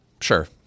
sure